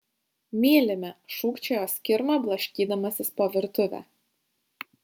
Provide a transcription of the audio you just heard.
mylime šūkčiojo skirma blaškydamasis po virtuvę